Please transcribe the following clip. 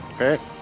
Okay